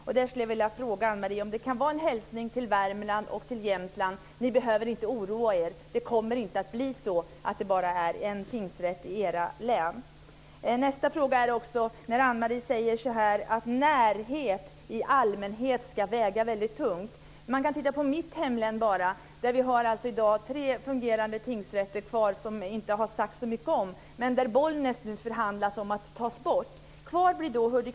Jag skulle vilja fråga Ann-Marie om det kan vara en hälsning till Värmland och Jämtland att man inte behöver oroa sig, och att det inte kommer att bli så att det bara finns en tingsrätt i länen. Ann-Marie säger att närhet i allmänhet ska väga tungt. Man kan titta på mitt hemlän. Där finns det i dag kvar tre fungerande tingsrätter som det inte har sagts så mycket om. Men man förhandlar nu om att ta bort Bollnäs tingsrätt.